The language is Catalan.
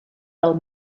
del